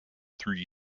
three